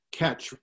catch